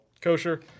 kosher